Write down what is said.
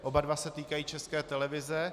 Oba dva se týkají České televize.